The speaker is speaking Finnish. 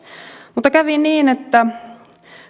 mutta kävi niin että